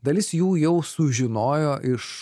dalis jų jau sužinojo iš